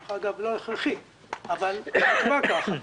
דרך אגב, זה לא הכרחי אבל נקבע כך.